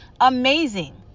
amazing